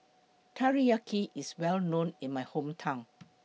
Teriyaki IS Well known in My Hometown